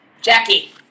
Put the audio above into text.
Jackie